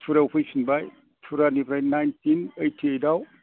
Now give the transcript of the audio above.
थुरायाव फैफिनबाय थुरानिफ्राय नाइनथिन ओइथिओइदाव